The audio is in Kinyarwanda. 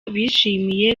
bishimiye